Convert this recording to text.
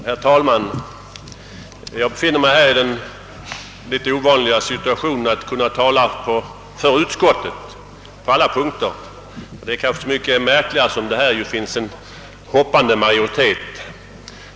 Herr talman! Jag befinner mig i den litet ovanliga situationen att jag kan tala för utskottet på alla punkter. Detta är kanske så mycket märkligare som vi i detta ärende har en »hoppande» majoritet.